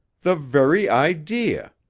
the very idea.